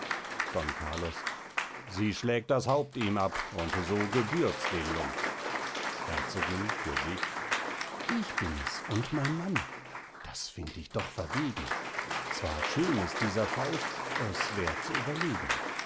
don carlos sie schlägt das haupt ihm ab und so gebührts dem lump herzogin für sich ich bin es und mein mann das find ich doch verwegen zwar schön ist dieser faust es wär zu überlegen